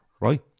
right